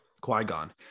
Qui-Gon